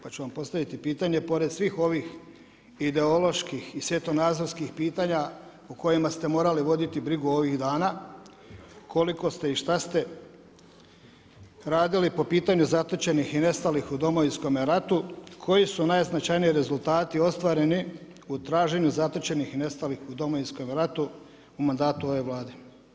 Pa ću vam postaviti pitanje pored svih ovih ideoloških i svjetonazorskih pitanja o kojima ste morali voditi brigu ovih dana koliko ste i šta ste radili po pitanju zatočenih i nestalih u Domovinskome ratu, koji su najznačajniji rezultati ostvareni u traženju zatočenih i nestalih u Domovinskom ratu u mandatu ove Vlade?